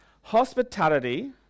Hospitality